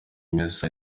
misa